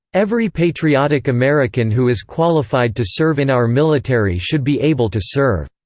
every patriotic american who is qualified to serve in our military should be able to serve.